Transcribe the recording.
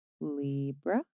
libra